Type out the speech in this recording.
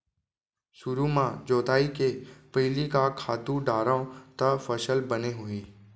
सुरु म जोताई के पहिली का खातू डारव त फसल बने होही?